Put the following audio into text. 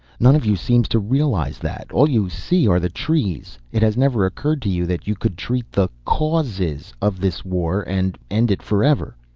none of you seem to realize that. all you see are the trees. it has never occurred to you that you could treat the causes of this war and end it forever.